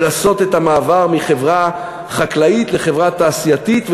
ולעשות את המעבר מחברה חקלאית לחברה תעשייתית,